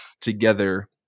together